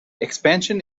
expansion